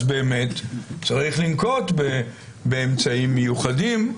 אז באמת צריך לנקוט באמצעים מיוחדים.